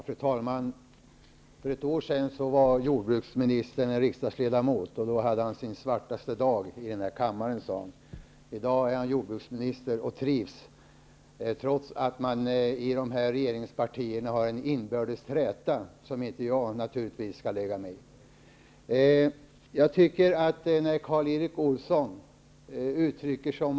Herr talman! För ett år sedan, när jordbruksministern var riksdagsledamot, hade han sin svartaste dag här i kammaren, sade han. I dag är han jordbruksminister och trivs, trots att man i regeringspartierna har en inbördes träta, som jag naturligtvis inte skall lägga mig i.